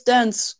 Dance